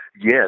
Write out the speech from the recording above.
Yes